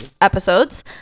episodes